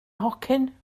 nhocyn